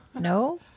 No